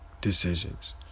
decisions